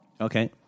Okay